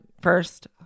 first